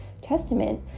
Testament